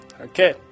Okay